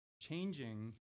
changing